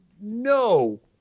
no